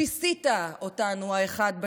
שיסית אותנו האחד בשני,